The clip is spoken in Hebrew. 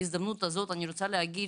בהזדמנות הזאת אני רוצה להגיד,